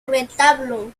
retablo